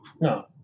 No